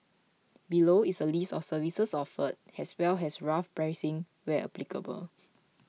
below is a list of services offered as well as rough pricing where applicable